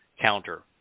counter